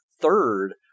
third